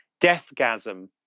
Deathgasm